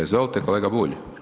Izvolite kolega Bulj.